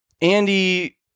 Andy